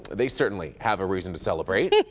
they certainly have a reason to celebrate.